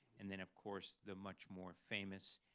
and then, of course, the much more famous,